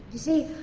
see,